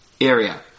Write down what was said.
area